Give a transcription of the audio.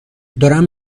دارم